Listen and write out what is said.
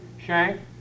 shank